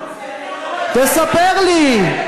תספר לי.